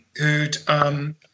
who'd